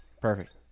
Perfect